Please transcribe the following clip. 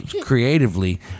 creatively